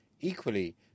Equally